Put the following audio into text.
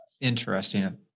Interesting